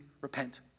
repent